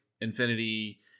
infinity